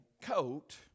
coat